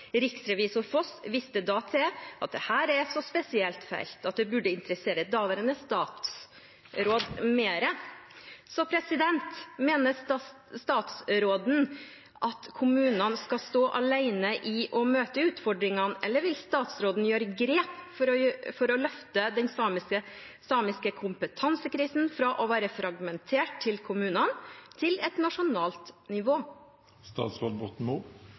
Riksrevisor Foss viste da til at dette er et så spesielt felt at det burde interessere daværende statsråd mer. Mener statsråden at kommunene skal stå alene i å møte utfordringene, eller vil statsråden ta grep for å løfte den samiske kompetansekrisen fra å være fragmentert til kommunene til et nasjonalt